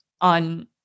on